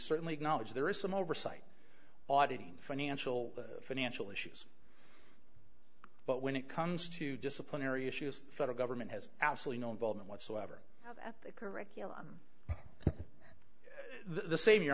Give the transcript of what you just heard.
certainly acknowledge there is some oversight audited financial financial issues but when it comes to disciplinary issues the federal government has absolutely no involvement whatsoever at the curriculum the same your